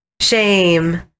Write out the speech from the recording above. shame